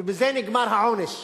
ובזה נגמר העונש.